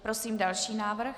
Prosím další návrh.